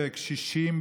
בקשישים,